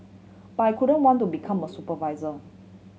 but I couldn't want to become a supervisor